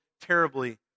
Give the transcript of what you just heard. terribly